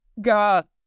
God